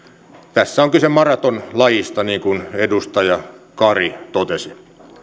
tässä on kyse maratonlajista niin kuin edustaja kari totesi